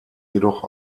jedoch